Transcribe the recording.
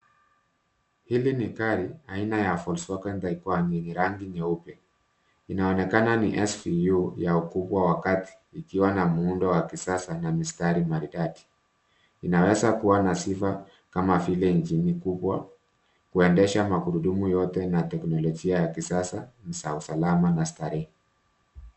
Hili ni gari aina ya Volkswagen Tiguan lenye rangi nyeupe . Inaonekana ni svu ya ukubwa wa kati ikiwa na muundo wa kisasa na mistari maridadi .Inaweza kuwa na sifa kama vile ingini kubwa ,kuendesha magurudumu yote na teknologia ya kisasa ni za usalama na starehe .